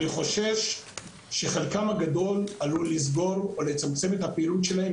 אני חושש שחלקם הגדול עלול לסגור או לצמצם את הפעילות שלהם,